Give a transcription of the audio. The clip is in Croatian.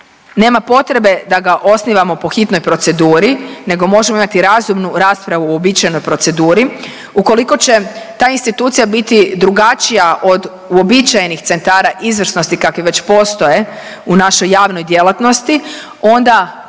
nema potrebe da ga osnivamo po hitnoj proceduri nego možemo imati razumnu raspravu u običajnoj proceduri. Ukoliko će ta institucija biti drugačija od uobičajenih centara izvrsnosti kakvi već postoje u našoj javnoj djelatnosti onda ona